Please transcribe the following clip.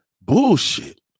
bullshit